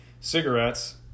cigarettes